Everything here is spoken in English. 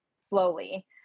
slowly